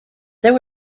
there